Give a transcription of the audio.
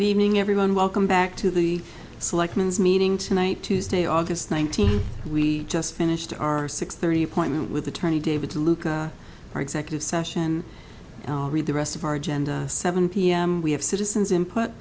leaving everyone welcome back to the select means meeting tonight tuesday august nineteenth we just finished our six thirty appointment with attorney david luca our executive session read the rest of our agenda seven p m we have citizens input